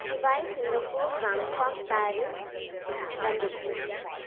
Dubai Singapore Bangkok Paris London